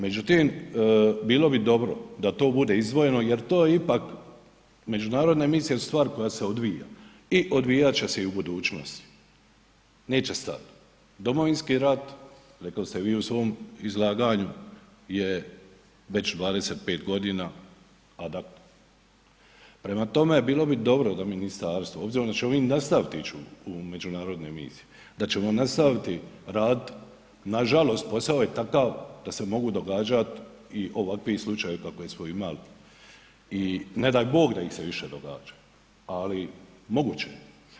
Međutim, bilo bi dobro da to bude izdvojeno jer to ipak, međunarodne misije su stvar koja se odvija i odvijat će se i u budućnosti, neće stati, domovinski rat, rekli ste vi u svom izlaganju, je već 25.g., prema tome, bilo bi dobro da ministarstvo obzirom da će ovim nastavit ić u međunarodne misije, da ćemo nastaviti radit, nažalost posao je takav da se mogu događat i ovakvi slučajevi kakve smo imali i ne daj Bog da ih se više događa, ali moguće je.